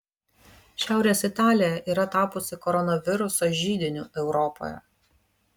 šiaurės italija yra tapusi koronaviruso židiniu europoje